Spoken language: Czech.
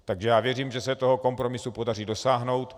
Takže věřím, že se toho kompromisu podaří dosáhnout.